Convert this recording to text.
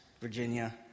Virginia